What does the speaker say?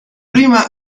prima